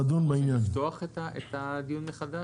אתה רוצה לפחות לפתוח את הדיון מחדש?